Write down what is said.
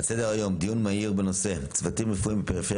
על סדר היום דיון מהיר בנושא: "צוותים רפואיים בפריפריה